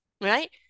right